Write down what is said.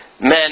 men